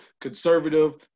conservative